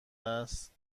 است